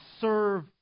serve